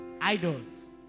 idols